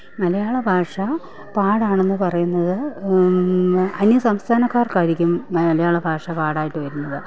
മലയാളഭാഷ പാടാണെന്ന് പറയുന്നത് അന്യ സംസ്ഥാനക്കാർക്കായിരിക്കും മലയാളഭാഷ പാടായിട്ട് വരുന്നത്